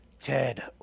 Ted